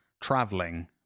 traveling